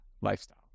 lifestyle